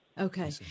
Okay